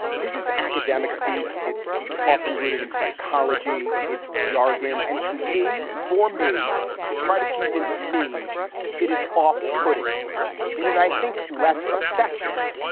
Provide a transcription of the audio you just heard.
this is academic speak. it's often rooted in psychology. it's jargon. and to me, for me to try to convince me it is off putting it is, i think, less effective.